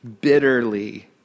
bitterly